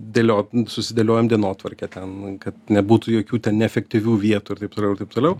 dėliot susidėliojam dienotvarkę ten kad nebūtų jokių ten neefektyvių vietų ir taip toliau ir taip toliau